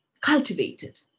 cultivated